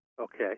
Okay